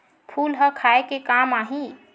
फूल ह खाये के काम आही?